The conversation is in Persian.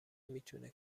میتونه